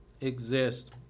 exist